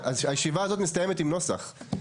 הישיבה הזאת מסתיימת עם נוסח.